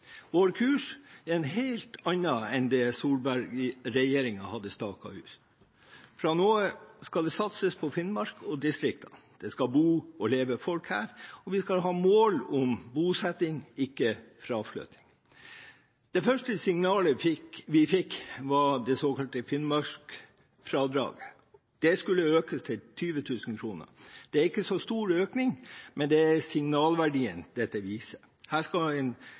Vår kurs er en helt annen enn den Solberg-regjeringen hadde staket ut. Fra nå av skal det satses på Finnmark og distriktene. Det skal bo og leve folk her, og vi skal ha mål om bosetting, ikke fraflytting. Det første signalet vi fikk, var det såkalte finnmarksfradraget. Det skulle økes til 20 000 kr. Det er ikke så stor økning, men det handler om signalverdien dette viser. Her skal en